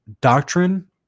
doctrine